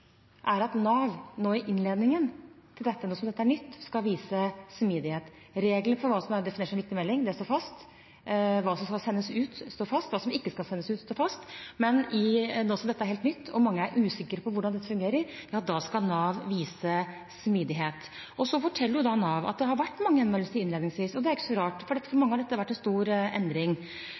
er at Nav nå i innledningen, nå som dette er nytt, skal vise smidighet. Regelen for hva som er definert som viktig melding, står fast. Hva som skal sendes ut, står fast. Hva som ikke skal sendes ut, står fast. Men nå som dette er helt nytt og mange er usikre på hvordan det fungerer, skal Nav vise smidighet. Nav forteller at det har vært mange henvendelser innledningsvis. Det er ikke så rart, for dette har vært en stor endring